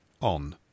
on